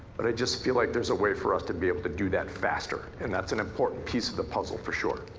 but i just feel like there's a way for us to be able to do that faster. and that's an important piece of the puzzle for sure.